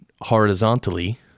horizontally